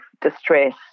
distress